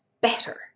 better